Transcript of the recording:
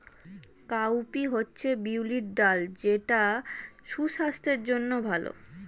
cowpea হচ্ছে বিউলির ডাল যেটা সুস্বাস্থ্যের জন্য ভালো